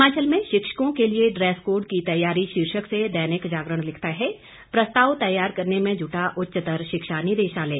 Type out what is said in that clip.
हिमाचल में शिक्षकों के लिए ड्रेस कोड की तैयारी शीर्षक से दैनिक जागरण लिखता है प्रस्ताव तैयार करने में जुटा उच्चतर शिक्षा निदेशालय